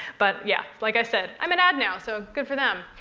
but yeah, like i said, i'm an ad now. so good for them.